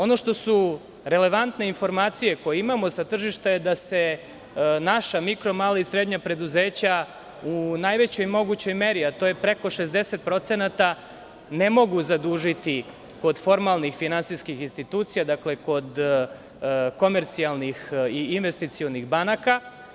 Ono što su relevantne informacije, koje imamo sa tržišta, jeste da se naša mikro, mala i srednja preduzeća u najvećoj mogućoj meri, a to je preko 60%, ne mogu zadužiti kod formalnih finansijskih institucija, kod komercijalnih i investicionih banaka.